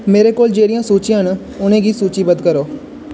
मेरे कोल जेह्ड़ियां सूचियां न उ'नेंगी सूचीबद्ध करो